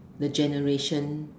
the generation